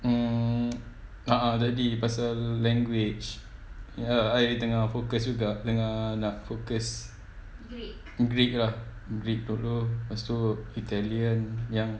mm a'ah jadi pasal language ya I tengah focus juga dengan nak focus greek ah greek dulu lepas tu italian yang